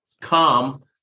Come